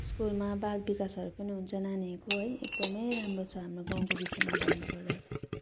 स्कुलमा बालविकासहरू पनि हुन्छ नानीहरको है एकदमै राम्रो छ हाम्रो गाउँको विषयमा भन्नुपर्दा चाहिँ